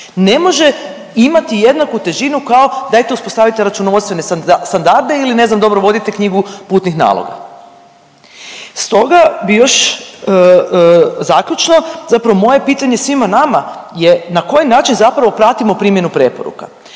ne može imati jednaku težinu kao dajte uspostavite računovodstvene standarde ili ne znam dobro vodite knjigu putnih naloga. Stoga bi još zaključno, zapravo moje pitanje svima nama je na koji način zapravo pratimo primjenu preporuka?